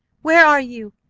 where are you?